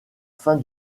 fin